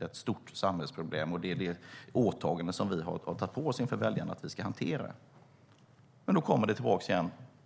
ett stort samhällsproblem och det åtagande som vi har tagit på oss inför väljarna att hantera. Då kommer det tillbaka igen.